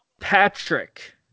Patrick